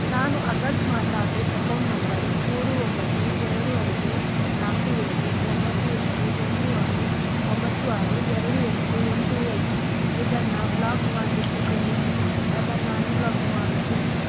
ನಾನು ಅಕಸ್ಮಾತ್ತಾಗಿ account number ಮೂರು ಒಂಬತ್ತು ಎರಡು ಐದು ನಾಲ್ಕು ಏಳು ಒಂಬತ್ತು ಎರಡು ಒಂದು ಆರು ಒಂಬತ್ತು ಆರು ಎರಡು ಎಂಟು ಒಂದು ಏಳು ಇದನ್ನು ಬ್ಲಾಕ್ ಮಾಡ್ಬಿಟ್ಟಿದ್ದೀನಿ ಅನ್ಸುತ್ತೆ ಅದನ್ನು ಅನ್ಬ್ಲಾಕ್ ಮಾಡು ಪ್ಲೀಸ್